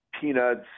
peanuts